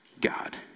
God